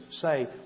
say